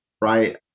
right